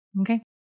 Okay